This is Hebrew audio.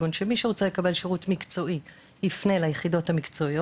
שמי שרוצה לקבל שירות מקצועי יפנה ליחידות המקצועיות